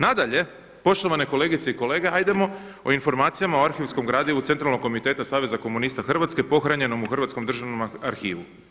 Nadalje, poštovane kolegice i kolege, ajdemo o informacija o arhivskom gradivu Centralnog komiteta Saveza komunista Hrvatske pohranjenom u Hrvatskom državnom arkivu.